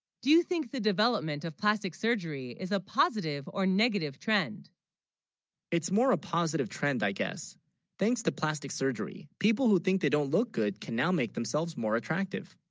do you, think the development of plastic surgery is a positive or negative trend it's more a positive trend i guess thanks to plastic. surgery, people, who think they, don't look, good can, now, make themselves more attractive